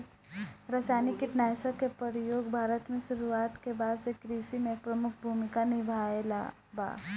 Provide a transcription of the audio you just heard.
रासायनिक कीटनाशक के प्रयोग भारत में शुरुआत के बाद से कृषि में एक प्रमुख भूमिका निभाइले बा